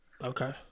Okay